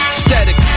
static